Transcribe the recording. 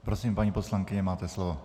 Prosím, paní poslankyně, máte slovo.